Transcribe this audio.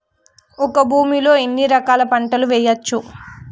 ఒక భూమి లో ఎన్ని రకాల పంటలు వేయచ్చు?